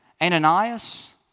Ananias